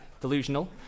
delusional